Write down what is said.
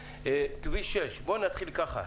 כביש 6, בוא נתחיל ככה,